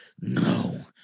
No